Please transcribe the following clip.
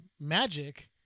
magic